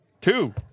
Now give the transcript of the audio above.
Two